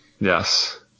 yes